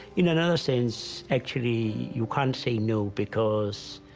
in another sense, actually, you can't say no because